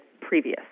previous